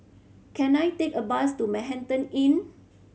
can I take a bus to Manhattan Inn